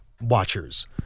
watchers